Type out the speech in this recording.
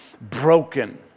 broken